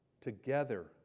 together